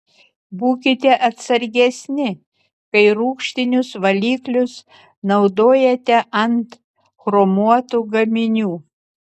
būkite atsargesni kai rūgštinius valiklius naudojate ant chromuotų gaminių